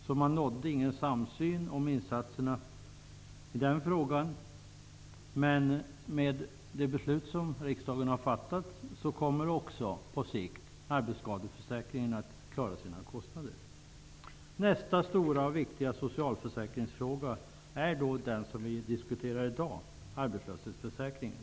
Det blev alltså ingen samsyn om insatserna i den frågan. De beslut som riksdagen har fattat kommer dock på sikt att innebära att också arbetsskadeförsäkringen kommer att klara av sina egna kostnader. Nästa stora och viktiga socialförsäkring är den som vi diskuterar i dag, nämligen arbetslöshetsförsäkringen.